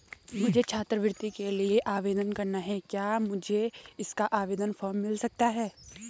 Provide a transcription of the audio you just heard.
मुझे छात्रवृत्ति के लिए आवेदन करना है क्या मुझे इसका आवेदन फॉर्म मिल सकता है?